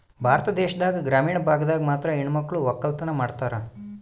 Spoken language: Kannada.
ಭಾರತ ದೇಶದಾಗ ಗ್ರಾಮೀಣ ಭಾಗದಾಗ ಮಾತ್ರ ಹೆಣಮಕ್ಳು ವಕ್ಕಲತನ ಮಾಡ್ತಾರ